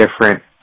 different